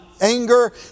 anger